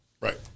Right